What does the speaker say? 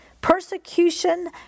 persecution